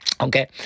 Okay